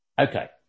Okay